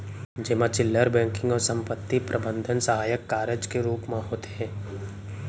जेमा चिल्लहर बेंकिंग अउ संपत्ति प्रबंधन सहायक कारज के रूप म होथे